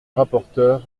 rapporteure